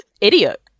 Idiot